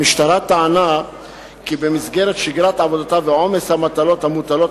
המשטרה טענה כי במסגרת שגרת עבודתה ועומס המטלות המוטלות